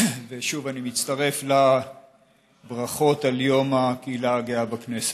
ושוב, אני מצטרף לברכות על יום הקהילה הגאה בכנסת.